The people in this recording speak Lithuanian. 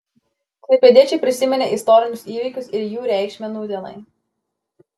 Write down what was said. klaipėdiečiai prisiminė istorinius įvykius ir jų reikšmę nūdienai